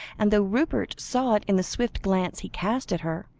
and though rupert saw it in the swift glance he cast at her,